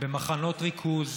במחנות ריכוז